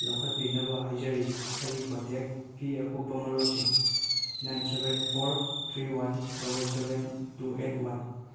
ꯂꯧꯈꯠꯄꯤꯅꯕ ꯍꯥꯏꯖꯔꯤ ꯑꯩꯒꯤ ꯀꯣꯟꯇꯦꯛꯀꯤ ꯑꯀꯨꯞꯄ ꯃꯔꯣꯜꯁꯤꯡ nine seven four three one double seven two eight one